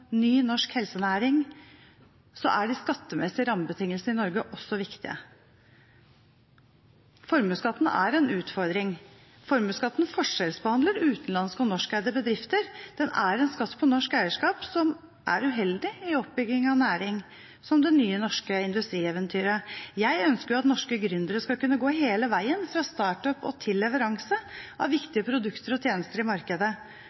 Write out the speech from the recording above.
ny norsk helsenæring er de skattemessige rammebetingelsene i Norge også viktige. Formuesskatten er en utfordring. Formuesskatten forskjellsbehandler utenlandske og norskeide bedrifter, den er en skatt på norsk eierskap som er uheldig i oppbygging av næring, som det nye norske industrieventyret. Jeg ønsker at norske gründere skal kunne gå hele veien fra oppstart og til leveranse av viktige produkter og tjenester i markedet,